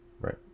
Right